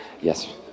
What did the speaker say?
Yes